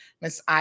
Miss